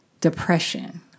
depression